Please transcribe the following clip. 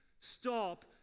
stop